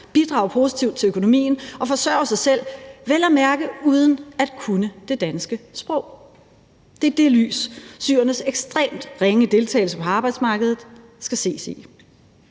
bidrage positivt til økonomien og forsørge sig selv vel at mærke uden at kunne det danske sprog. Det er i det lys, syrernes ekstremt ringe deltagelse på arbejdsmarkedet skal ses.